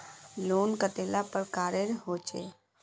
Loan कतेला प्रकारेर होचे?